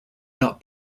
not